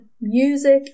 music